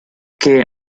que